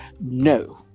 No